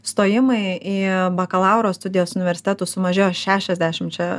stojimai į bakalauro studijas universitetus sumažėjo šešiasdešimčia